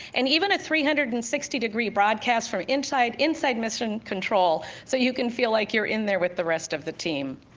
and even a three hundred and sixty degree broadcast from inside insight mission control, so you can feel like you're in there with the rest of the team.